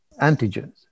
antigens